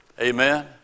Amen